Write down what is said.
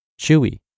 chewy